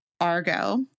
Argo